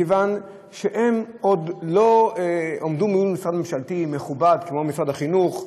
מכיוון שהם עוד לא עמדו מול משרד ממשלתי מכובד כמו משרד החינוך,